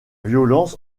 violence